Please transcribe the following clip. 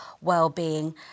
well-being